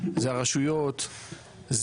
הרשויות,